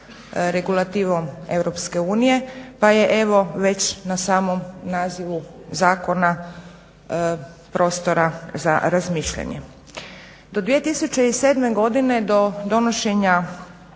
regulativom EU, pa je evo već na samom nazivu zakona prostora za razmišljanje. Do 2007. godine do donošenja